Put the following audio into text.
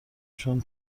چون